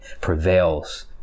prevails